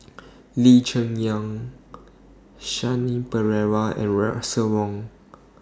Lee Cheng Yan Shanti Pereira and Russel Wong